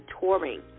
touring